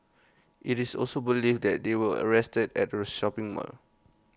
IT is also believed that they were arrested at A shopping mall